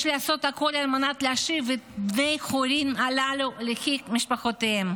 יש לעשות הכול על מנת להשיב את בני החורין הללו לחיק משפחותיהם.